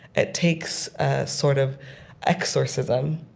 it takes a sort of exorcism.